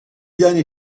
دانی